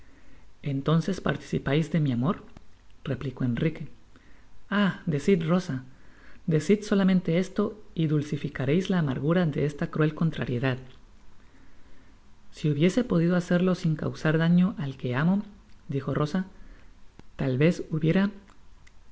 entonces participais de mi amor replicó enrique ah decid rosa deeid solamente esto y dulcificareis la amargura de esta cruel contrariedad si hubiese podido hacerlo sin causar daño al que amodijo rosatal vez hubiera